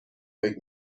فکر